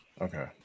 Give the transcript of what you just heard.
Okay